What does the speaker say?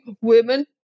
women